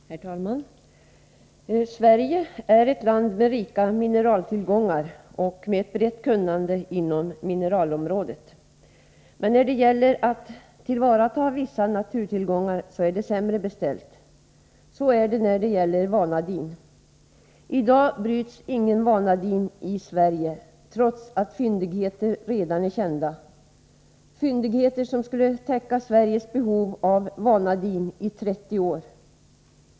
Herr talman! Sverige är ett land med rika mineraltillgångar och med ett brett kunnande på mineralområdet. Men när det gäller att ta till vara vissa naturtillgångar är det sämre beställt. Så är det när det gäller vanadin. I dag bryts ingen vanadin i Sverige, trots att fyndigheter redan är kända, fyndigheter som skulle täcka Sveriges behov av vanadin i 30 år.